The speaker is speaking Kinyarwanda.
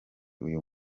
uyu